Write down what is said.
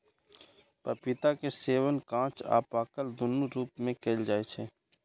पपीता के सेवन कांच आ पाकल, दुनू रूप मे कैल जाइ छै